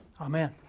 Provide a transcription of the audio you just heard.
Amen